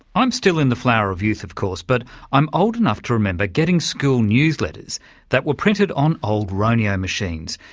i'm still in the flower of youth, of course, but i'm old enough to remember getting school newsletters that were printed on old roneo machines,